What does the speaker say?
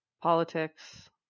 Politics